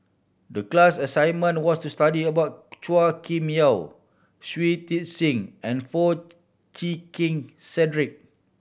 the class assignment was to study about Chua Kim Yeow Shui Tit Sing and Foo Chee Keng Cedric